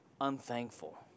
unthankful